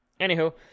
Anywho